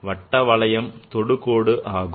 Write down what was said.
வட்ட வளையம் தொடுகோடு ஆகும்